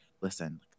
listen